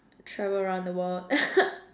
travel around the world